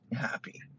happy